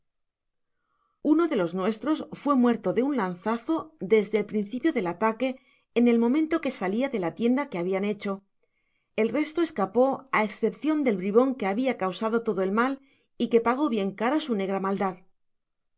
uno de los nuestros fué muerto de un lanzazo desde el principio del ataque en el momento que salia de la tienda que habian hecho el resto escapó á escepcion del bribon que habia causado todo el mal y que pagó bien cara sn negra maldad